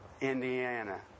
Indiana